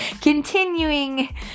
continuing